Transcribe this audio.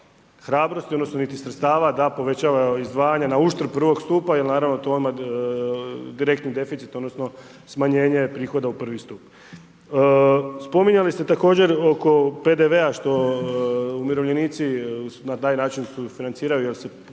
hrabrosti, niti sredstava da povećava izdvajanja na uštrup I. stupa jer naravno to je direktni deficit, odnosno smanjenje prihoda u I. stup. Spominjali ste također oko PDV-a što umirovljenici na taj način sufinanciraju jer budući